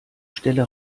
stelle